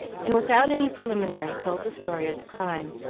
and without any preliminary told the story of the crime.